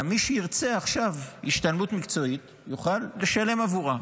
מי שירצה עכשיו השתלמות מקצועית יוכל לשלם עבורה,